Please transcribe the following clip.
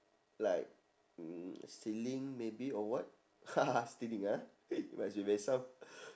like mm stealing maybe or what stealing ah reminds me of myself